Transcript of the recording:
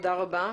תודה רבה,